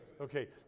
Okay